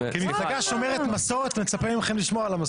כמפלגה שומרת מסורת, אני מצה מכם לשמור על המסורת.